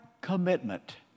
commitment